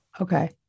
Okay